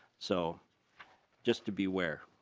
so just to be where.